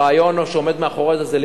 הרעיון שעומד מאחורי זה,